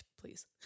please